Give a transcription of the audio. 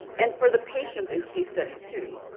and for the patient in case study two,